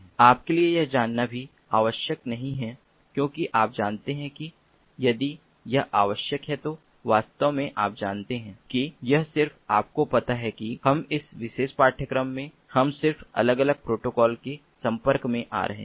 आपके लिए यह जानना भी आवश्यक नहीं है क्योंकि आप जानते हैं कि यदि यह आवश्यक है तो वास्तव में आप जानते हैं कि यह सिर्फ आपको पता है कि हम इस विशेष पाठ्यक्रम में हम सिर्फ अलग अलग प्रोटोकॉल के संपर्क में आ रहे हैं